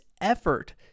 effort